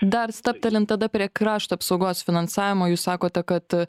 dar stabtelint tada prie krašto apsaugos finansavimo jūs sakote kad